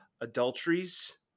adulteries